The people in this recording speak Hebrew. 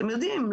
אתם יודעים,